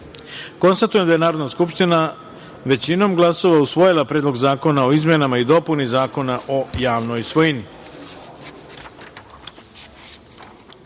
poslanika. Konstatujem da je Narodna skupština većinom glasova usvojila Predlog zakona o izmenama i dopuni Zakona o javnoj svojini.12.